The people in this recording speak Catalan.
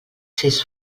sis